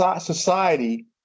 society